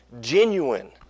genuine